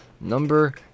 number